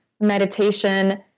meditation